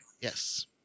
Yes